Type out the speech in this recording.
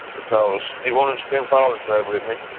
because he wanted to spend father's day with me,